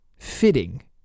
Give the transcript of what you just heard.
fitting